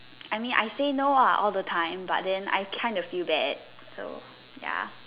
I mean I say no ah all the time but then I kind of feel bad so ya